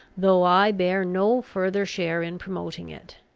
though i bear no further share in promoting it.